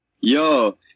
Yo